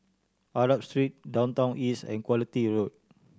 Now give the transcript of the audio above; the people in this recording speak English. Arab Street Downtown East and Quality Road